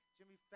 Jimmy